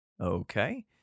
Okay